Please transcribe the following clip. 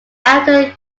after